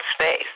space